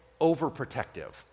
overprotective